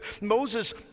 Moses